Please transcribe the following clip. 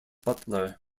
butler